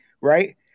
right